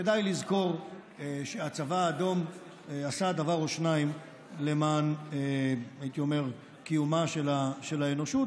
כדאי לזכור שהצבא האדום עשה דבר או שניים למען קיומה של האנושות,